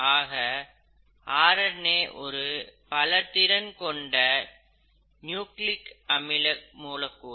ஆக R N A ஒரு பல திறன் கொண்ட நியூக்ளிக் அமில மூலக்கூறு